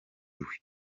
iwe